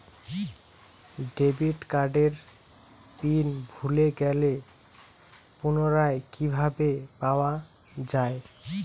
Debit কার্ডের PIN ভুলে গেলে পুনরায় কিভাবে পাওয়া য়ায়?